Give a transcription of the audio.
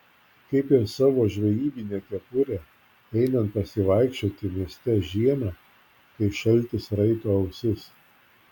kaip ir savo žvejybinę kepurę einant pasivaikščioti mieste žiemą kai šaltis raito ausis